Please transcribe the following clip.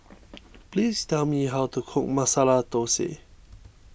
please tell me how to cook Masala Thosai